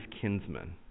kinsmen